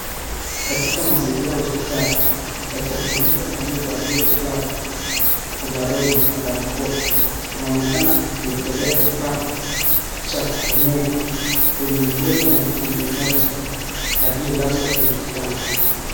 Katika mazingira ya hospitali daktari mmoja aliyevalia glavu, ovaroli na barakoa anaonekana akiweka kifaa cha kupumua kwenye mdomo wa mgonjwa mmoja aliyelazwa kwenye kitanda.